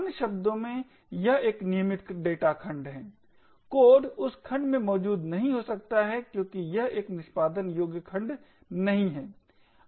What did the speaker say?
अन्य शब्दों में यह एक नियमित डाटा खंड है कोड उस खंड में मौजूद नहीं हो सकता है क्योंकि यह एक निष्पादन योग्य खंड नहीं है